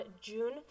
June